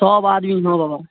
सभ आदमी ओहिमे रहऽ